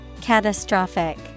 Catastrophic